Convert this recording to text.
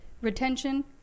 retention